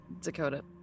Dakota